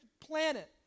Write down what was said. planet